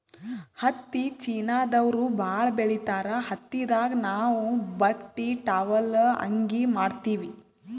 ಹತ್ತಿ ಚೀನಾದವ್ರು ಭಾಳ್ ಬೆಳಿತಾರ್ ಹತ್ತಿದಾಗ್ ನಾವ್ ಬಟ್ಟಿ ಟಾವೆಲ್ ಅಂಗಿ ಮಾಡತ್ತಿವಿ